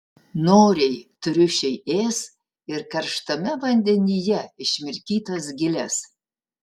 noriai triušiai ės ir karštame vandenyje išmirkytas giles